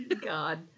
God